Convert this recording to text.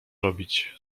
robić